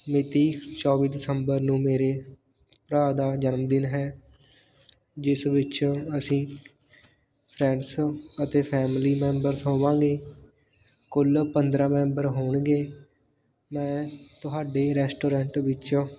ਮਿਤੀ ਚੌਵੀ ਦਸੰਬਰ ਨੂੰ ਮੇਰੇ ਭਰਾ ਦਾ ਜਨਮਦਿਨ ਹੈ ਜਿਸ ਵਿੱਚ ਅਸੀਂ ਫਰੈਂਡਸ ਅਤੇ ਫੈਮਲੀ ਮੈਂਬਰਸ ਹੋਵਾਂਗੇ ਕੁੱਲ ਪੰਦਰ੍ਹਾਂ ਮੈਂਬਰ ਹੋਣਗੇ ਮੈਂ ਤੁਹਾਡੇ ਰੈਸਟੋਰੈਂਟ ਵਿੱਚੋਂ